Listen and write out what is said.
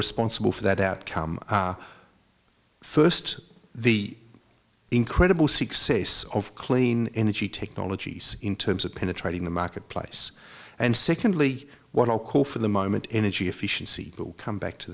responsible for that outcome first the incredible success of clean energy technologies in terms of penetrating the marketplace and secondly what i'll call for the moment energy efficiency will come back to